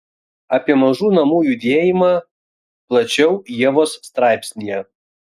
apie mažų namų judėjimą plačiau ievos straipsnyje